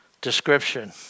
description